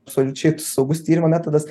absoliučiai saugus tyrimo metodas